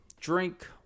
drink